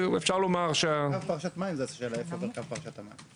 השאלה איפה עובר קו פרשת המים.